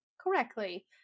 correctly